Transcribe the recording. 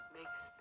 makes